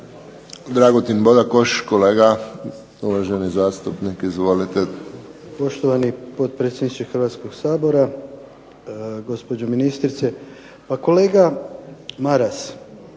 Dragutin Bodakoš, kolega uvaženi zastupnik. Izvolite. **Bodakoš, Dragutin (SDP)** Poštovani potpredsjedniče Hrvatskog sabora, gospođo ministrice. Pa kolega Maras